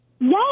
Yes